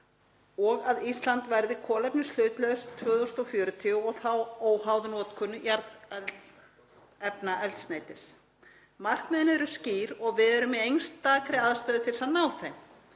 og að Ísland verði kolefnishlutlaust 2040 og þá óháð notkun jarðefnaeldsneytis. Markmiðin eru skýr og við erum í einstakri aðstöðu til að ná þeim.